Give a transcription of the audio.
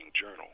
journal